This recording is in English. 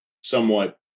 somewhat